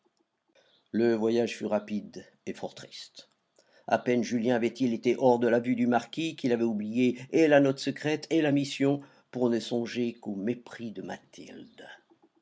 le voyage fut rapide et fort triste a peine julien avait-il été hors de la vue du marquis qu'il avait oublié et la note secrète et la mission pour ne songer qu'aux mépris de mathilde